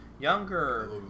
younger